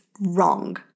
wrong